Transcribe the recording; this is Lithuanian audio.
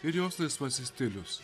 ir jos laisvasis stilius